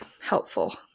helpful